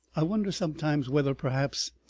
i wonder sometimes whether, perhaps,